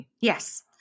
Yes